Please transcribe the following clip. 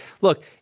Look